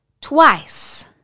twice